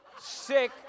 sick